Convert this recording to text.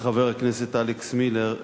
לחבר הכנסת אלכס מילר,